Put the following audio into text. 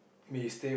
may stay on